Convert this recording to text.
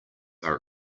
are